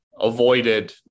avoided